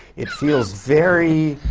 it feels very